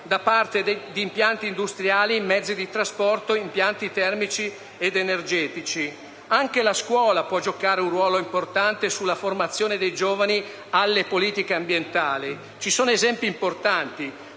da parte di impianti industriali, mezzi di trasporto, impianti termici ed energetici. Anche la scuola può giocare un ruolo importante sulla formazione dei giovani alle politiche ambientali. Ci sono esempi importanti.